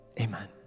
amen